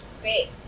Great